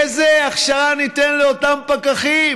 איזו הכשרה ניתן לאותם פקחים